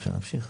אפשר להמשיך?